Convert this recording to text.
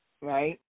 Right